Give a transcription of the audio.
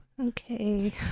Okay